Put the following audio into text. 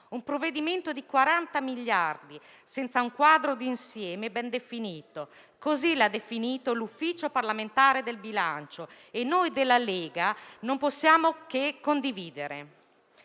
Un provvedimento da 40 miliardi di euro senza un quadro di insieme ben delineato: così l'ha definito l'Ufficio parlamentare di bilancio e noi della Lega non possiamo che condividere.